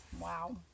Wow